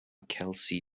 kelsey